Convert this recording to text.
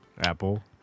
Apple